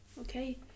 Okay